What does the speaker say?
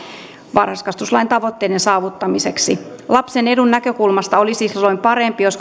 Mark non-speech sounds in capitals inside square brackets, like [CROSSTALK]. varhaiskasvatuslain tavoitteiden saavuttamiseksi lapsen edun näkökulmasta olisi silloin parempi jos [UNINTELLIGIBLE]